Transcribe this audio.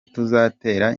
tuzatera